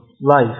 life